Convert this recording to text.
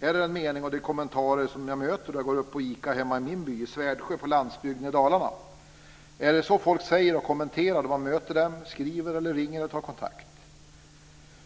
Är det den mening och de kommentarer som jag möter då jag går upp på Dalarna? Är det så folk säger och kommenterar då man möter dem, skriver eller ringer och tar kontakt?